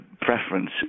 preference